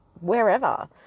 wherever